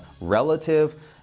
relative